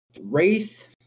Wraith